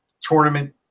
tournament